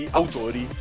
autori